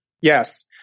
Yes